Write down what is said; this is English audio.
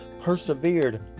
persevered